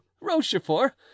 Rochefort